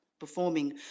performing